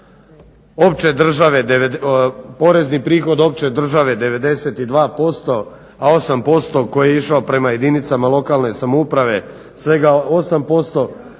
porezni prihod opće države 92%, a 8% koji je išao prema jedinicama lokalne samouprave svega 8%,